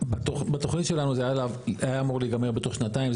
בתוכנית שלנו זה היה אמור להיגמר בתוך שנתיים,